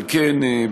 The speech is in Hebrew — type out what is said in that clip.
על כן,